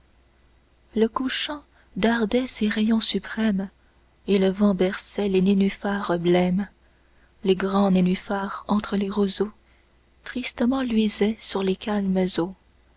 le couchant dardait ses rayons suprêmes et le vent berçait les nénuphars blêmes les grands nénuphars entre les roseaux tristement luisaient sur les calmes